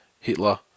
Hitler